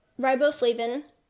riboflavin